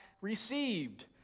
received